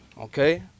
Okay